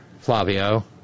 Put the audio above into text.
Flavio